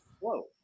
Whoa